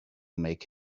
make